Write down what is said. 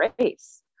race